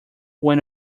when